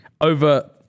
Over